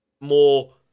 more